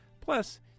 Plus